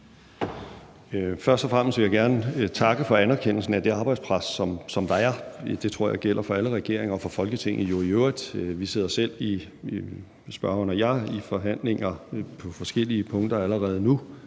Først og fremmest vil jeg gerne takke for anerkendelsen af det arbejdspres, som der er, det tror jeg gælder for alle regeringer og for Folketinget i øvrigt. Vi sidder selv – spørgeren og jeg – i forhandlinger på forskellige punkter allerede nu,